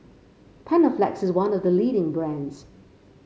Panaflex is one the the leading brands